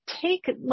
take